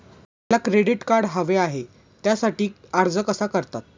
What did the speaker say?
मला credit card हवे आहे त्यासाठी अर्ज कसा करतात?